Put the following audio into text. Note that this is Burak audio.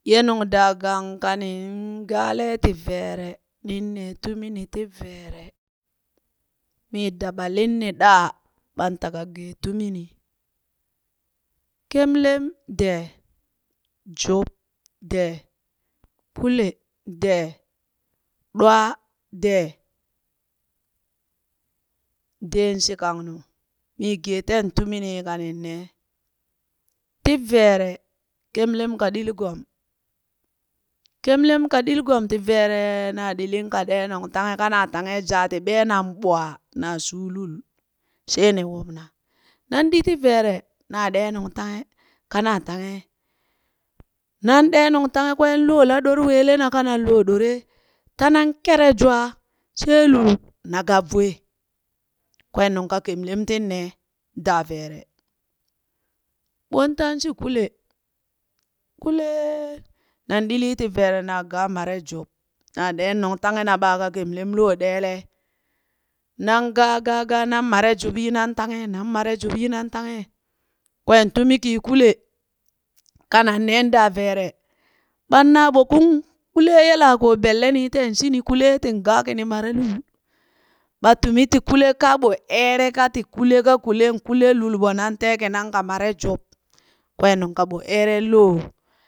Ye Nungdaagang kanin gaalee ti veere nin nee tumini tii veere, mii daɓa linni ɗaa ɓan taka gee tumini. kemlem dee, jub dee, Kule dee, ɗwaa dee. Deen shi kangnu mi gee teen tumini kanin nee. Ti veere kemlem ka ɗili gom, kemlem ka ɗili gom ti veere na ɗili ka ɗee nungtahe kanaa tanghe ja ti ɓee nan ɓwaa na shuu lul shee ni wubna, nan ɗi ti veere na ɗee nungtanghe kanaa tanghe, nan ɗee nungtahhe kween lolaa ɗore weele na kanan lo ɗore. tanan kere jwa she lul na gap vue, Kwen nungka kemlem tin nee daa veere. ɓon tan shi Kule, kulee nan ɗilii ti veere naa gaa mare Jub naa ɗee nungtanghe na ɓaaka Kemlem loo ɗeelee. Nan gaa gaa gaa nan mare jub yinan tanghe, nan mare jub yinan tanghe, kween tumi ki kule kanan neen daa veere. ɓan naabokung kulee yelaako belle nii tee shini kulee nin gaa kini mare lul, ɓa tumi ti kule ka ɓo eere ka ti kule ka kule kule lul ɓo nan teen kinaŋ ka mare jub kween nuŋ ka ɓo eeren loo.